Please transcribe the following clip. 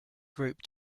group